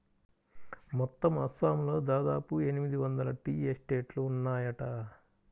మొత్తం అస్సాంలో దాదాపు ఎనిమిది వందల టీ ఎస్టేట్లు ఉన్నాయట